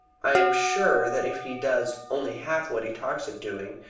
i am sure that if he does only half what he talks of doing,